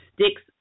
sticks